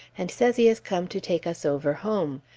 and says he has come to take us over home.